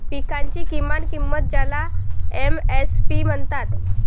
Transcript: पिकांची किमान किंमत ज्याला एम.एस.पी म्हणतात